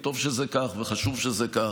וטוב שזה כך וחשוב שזה כך,